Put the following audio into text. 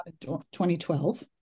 2012